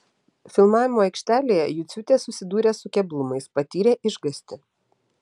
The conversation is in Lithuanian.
filmavimo aikštelėje juciūtė susidūrė su keblumais patyrė išgąstį